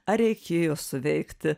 ar reikėjo suveikti